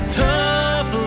tough